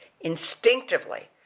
instinctively